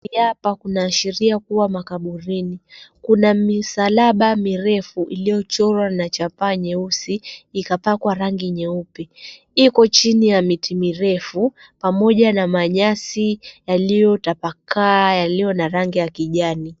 Mahali hapa kunaashiria kuwa ni makaburuni kuna misalaba mirefu iliyo chorwa na chapaa nyeusi ikapakwa rangi nyeupe. Iko chini ya miti mirefu pamoja na manyasi yaliyo tapakaa yaliyo na rangi ya kijani.